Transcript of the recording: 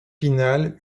finale